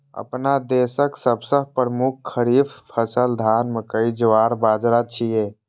अपना देशक सबसं प्रमुख खरीफ फसल धान, मकई, ज्वार, बाजारा छियै